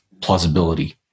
plausibility